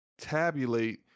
tabulate